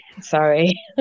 Sorry